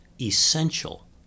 essential